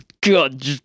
God